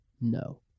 No